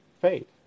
faith